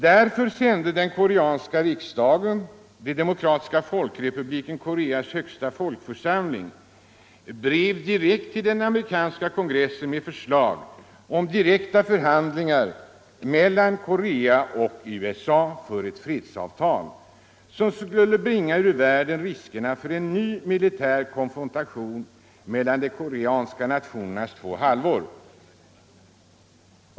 Därför sände den koreanska riksdagen —- Demokratiska folkrepubliken Koreas högsta folkförsamling —- ett brev till den amerikanska kongressen med förslag om direkta förhandlingar mellan Korea och USA för ett fredsavtal, som skulle bringa ur världen riskerna för en ny militär konfrontation mellan den koreanska nationens halvor.